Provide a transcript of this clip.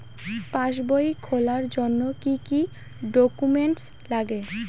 পাসবই খোলার জন্য কি কি ডকুমেন্টস লাগে?